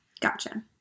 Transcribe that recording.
Gotcha